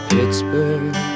Pittsburgh